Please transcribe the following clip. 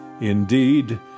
Indeed